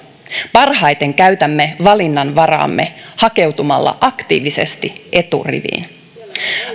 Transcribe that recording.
parhaiten käytämme valinnanvaraamme hakeutumalla aktiivisesti eturiviin